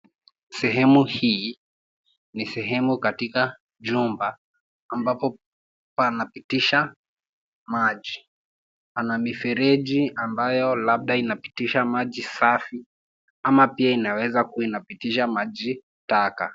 Sehemu ni sehemu katika jumba ambapo panapitisha maji. Pana mifereji ambayo labda inapitisha maji safi ama pia inaweza kuwa inapitisha maji taka.